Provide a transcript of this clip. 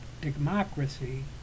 democracy